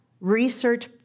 research